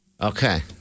Okay